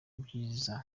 ibyiza